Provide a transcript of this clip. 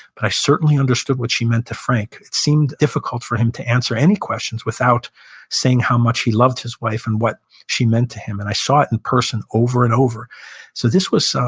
but i certainly understood what she meant to frank. it seemed difficult for him to answer any questions without saying how much he loved his wife and what she meant to him. and i saw it in person over and over so this was,